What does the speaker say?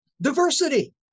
diversity